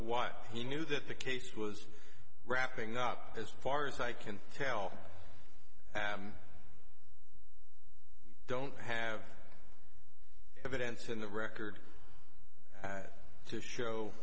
what he knew that the case was wrapping up as far as i can tell you don't have evidence in the record to show